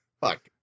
Fuck